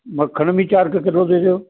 ਮੱਖਣ ਵੀ ਚਾਰ ਕੁ ਕਿਲੋ ਦੇ ਦਿਓ